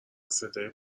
صدای